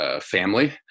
family